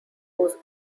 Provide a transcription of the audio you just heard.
whose